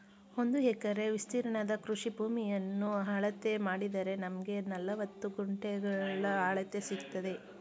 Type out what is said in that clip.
ಒಂದು ಎಕರೆ ವಿಸ್ತೀರ್ಣದ ಕೃಷಿ ಭೂಮಿಯನ್ನ ಅಳತೆ ಮಾಡಿದರೆ ನಮ್ಗೆ ನಲವತ್ತು ಗುಂಟೆಗಳ ಅಳತೆ ಸಿಕ್ತದೆ